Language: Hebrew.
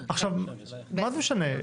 עכשיו, מה זה משנה?